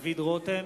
דוד רותם,